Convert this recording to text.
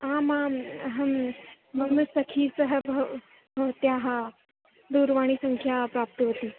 आम् आम् अहं मम सखीतः भव् भवत्याः दूरवाणीसङ्ख्यां प्राप्तवती